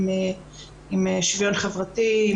שיוון חברתי,